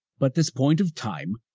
but this point of time,